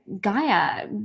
Gaia